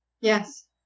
Yes